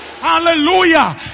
Hallelujah